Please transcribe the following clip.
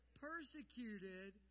Persecuted